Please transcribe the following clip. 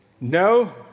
No